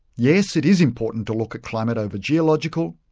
yes, it is important to look at climate over geological,